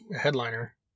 headliner